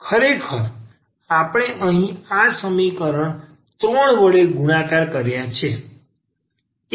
ખરેખર આપણે અહીં આ સમીકરણ 3 વડે ગુણાકાર કર્યા છે